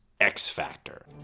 X-Factor